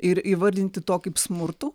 ir įvardinti to kaip smurto